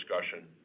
discussion